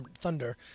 thunder